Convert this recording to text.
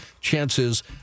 chances